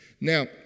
Now